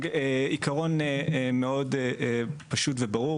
עקרון מאוד פשוט וברור.